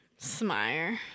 Smire